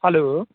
hello